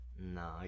No